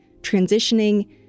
transitioning